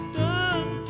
done